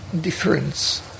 difference